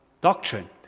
doctrine